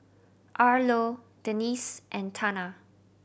Arlo Denisse and Tana